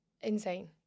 Insane